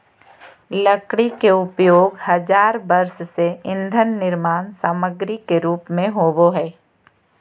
लकड़ी के उपयोग हजार वर्ष से ईंधन निर्माण सामग्री के रूप में होबो हइ